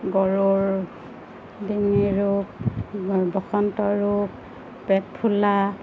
গৰুৰ ডিঙি ৰূপ বসন্ত ৰূপ পেটফুলা